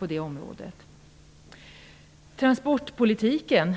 När det gäller transportpolitiken